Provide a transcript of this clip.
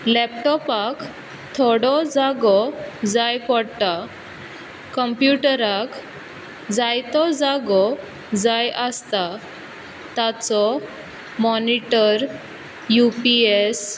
लेपटोपाक थोडो जागो जाय पडटा कंप्युटराक जायतो जागो जाय आसता ताचो मोनिटर यू पी एस